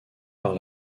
par